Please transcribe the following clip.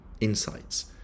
insights